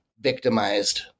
victimized